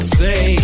say